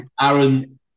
Aaron